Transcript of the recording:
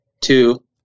two